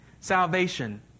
salvation